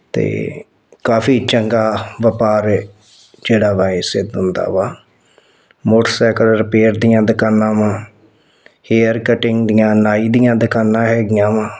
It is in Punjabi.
ਅਤੇ ਕਾਫੀ ਚੰਗਾ ਵਪਾਰ ਹੈ ਜਿਹੜਾ ਵਾ ਇਸੇ ਤੋਂ ਹੁੰਦਾ ਵਾ ਮੋਟਰਸਾਈਕਲ ਰਿਪੇਅਰ ਦੀਆਂ ਦੁਕਾਨਾਂ ਵਾ ਹੇਅਰ ਕਟਿੰਗ ਦੀਆਂ ਨਾਈ ਦੀਆਂ ਦੁਕਾਨਾਂ ਹੈਗੀਆਂ ਵਾ